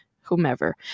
whomever